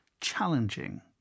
challenging